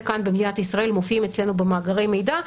כאן במדינת ישראל מופיעים אצלנו במאגרי מידע,